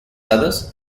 hadas